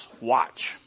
watch